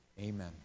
Amen